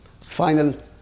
final